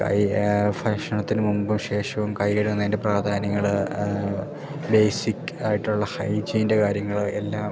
കൈ ഭക്ഷണത്തിനു മുമ്പും ശേഷവും കൈ കഴുകുന്നതിൻ്റെ പ്രാധാന്യങ്ങൾ ബേസിക് ആയിട്ടുള്ള ഹൈജീൻ്റെ കാര്യങ്ങൾ എല്ലാം